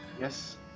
Yes